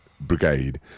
brigade